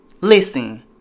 Listen